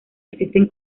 existen